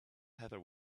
heather